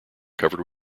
covered